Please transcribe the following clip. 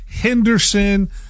Henderson